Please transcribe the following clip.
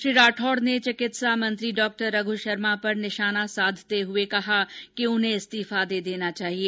श्री राठौड़ ने चिकित्सा मंत्री रघु शर्मा पर निशाना साधते हुये कहा कि उन्हें इस्तीफा दे देना चाहिये